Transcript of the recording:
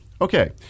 Okay